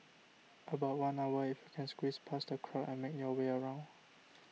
about one hour if you can squeeze past the crowd and make your way around